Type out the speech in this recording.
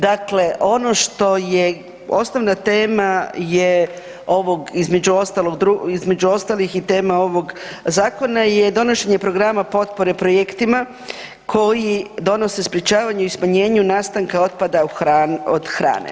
Dakle, ono što je, osnovna tema je ovog između ostalog između ostalih i tema ovog zakona je donošenje programa potpore projektima koji donose sprječavanju i smanjenju nastanka otpada od hrane.